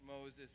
Moses